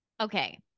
okay